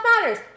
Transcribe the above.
matters